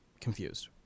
confused